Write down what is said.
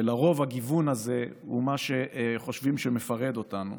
ולרוב הגיוון הזה הוא מה שחושבים שמפרד אותנו,